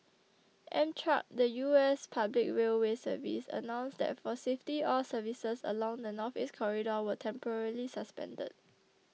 Amtrak the U S public railway service announced that for safety all services along the Northeast Corridor were temporarily suspended